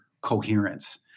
coherence